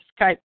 Skype